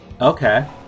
Okay